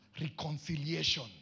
reconciliation